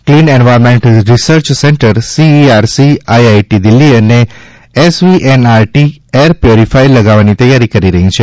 clean environment research centre CERC IIT Delhi અને SVNIT air purifier લગાવવાની તૈયારી કરી રહી છે